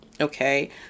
okay